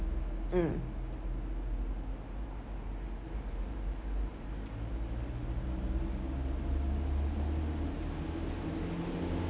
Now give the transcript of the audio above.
mm